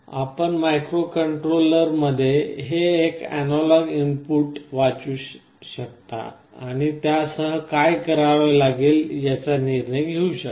आपण मायक्रोकंट्रोलरमध्ये हे अॅनालॉग इनपुट वाचू शकता आणि त्यासह काय करावे याचा निर्णय घेऊ शकता